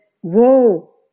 whoa